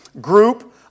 group